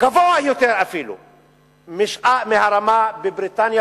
גבוה אפילו יותר מהרמה בבריטניה,